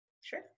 Sure